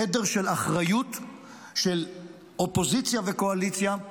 תדר של אחריות של אופוזיציה וקואליציה.